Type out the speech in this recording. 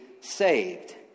saved